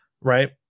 Right